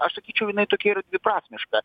aš sakyčiau jinai tokia yra dviprasmiška